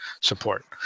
support